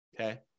Okay